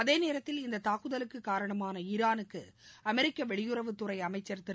அதேநேரத்தில் இந்தத் தாக்குதலுக்கு காரணமான ஈரானுக்கு அமெரிக்க வெளியுறவுத்துறை அமைச்ச் திரு